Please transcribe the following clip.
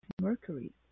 Mercury